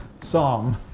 psalm